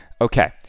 Okay